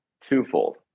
twofold